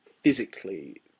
physically